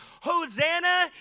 Hosanna